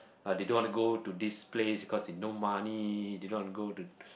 ah they don't wanna go to this place because they no money they don't want to go to